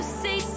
say